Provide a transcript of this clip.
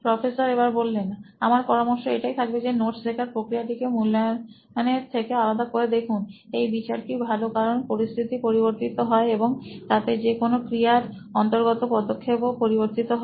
professor আমার পরামর্শ এটাই থাকবে যে নোটস লেখার প্রক্রিয়াটিকে মূল্যায়নের থেকে আলাদা করে দেখুন এই বিচারটি ভালো কারণ পরিস্থিতি পরিবর্তি ত হয় এবং তাতে যে কোনো ক্রিয়ার অন্তর্গত পদক্ষেপও পরিবর্তি ত হয়